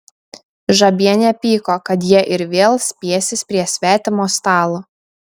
žabienė pyko kad jie ir vėl spiesis prie svetimo stalo